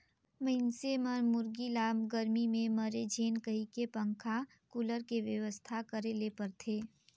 मइनसे मन मुरगी ल गरमी में मरे झेन कहिके पंखा, कुलर के बेवस्था करे ले परथे